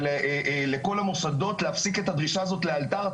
ולכל המוסדות להפסיק את הדרישה הזאת לאלתר,